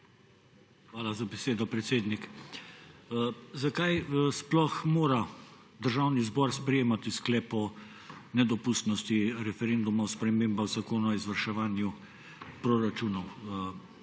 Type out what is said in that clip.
Hvala za besedo, predsednik. Zakaj sploh mora Državni zbor sprejemati sklep o nedopustnosti referenduma o spremembah zakona o izvrševanju proračunov,